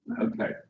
Okay